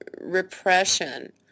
repression